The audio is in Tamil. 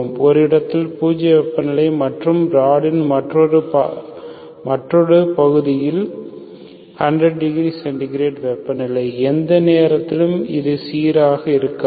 ஒரு இடத்தில் பூஜ்ஜிய வெப்பநிலை மற்றும் ராட் மற்றொரு பார்ஷியல் யில் 100 டிகிரி வெப்பநிலை எந்த நேரத்திலும் அது சீராக இருக்காது